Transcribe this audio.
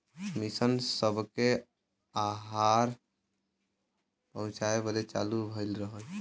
mission सबके आहार पहुचाए बदे चालू भइल रहल